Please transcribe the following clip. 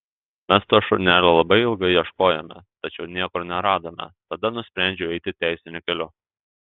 mes to šunelio labai ilgai ieškojome tačiau niekur neradome tada nusprendžiau eiti teisiniu keliu